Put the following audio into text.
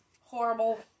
Horrible